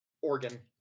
organ